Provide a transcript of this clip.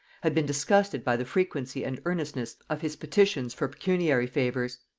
had been disgusted by the frequency and earnestness of his petitions for pecuniary favors.